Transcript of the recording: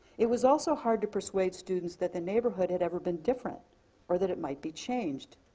it was also hard to persuade students that the neighborhood had ever been different or that it might be changed.